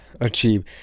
achieve